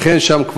לכן שם,